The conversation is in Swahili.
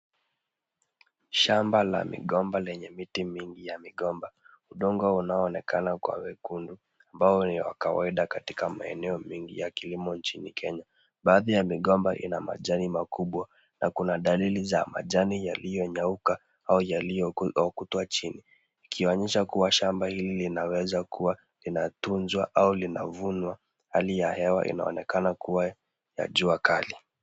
Shamba la migomba lenye miti mingi ya migomba, udongo unaoonekana kuwa wekundu ambao ni wa kawaida katika maeneo mengi ya kilimo nchini Kenya. Baadhi ya migomba ina majani makubwa na kuna dalili za majani yaliyonyauka au yaliyookotwa chini ikionyesha kuwa shamba hili linaweza kuwa inatunzwa au linavunwa. Hali ya hewa inaonekana kuwa ya jua kali.